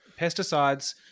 pesticides